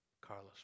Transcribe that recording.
Carlos